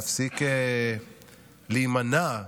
להימנע,